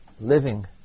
living